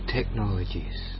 Technologies